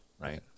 right